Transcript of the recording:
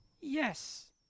Yes